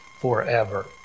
forever